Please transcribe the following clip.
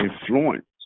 influence